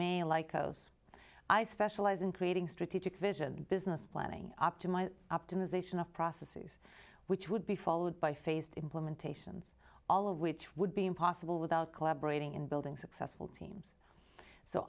yes i specialize in creating strategic vision business planning optimize optimization of processes which would be followed by faced implementations all of which would be impossible without collaborating in building successful teams so